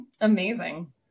amazing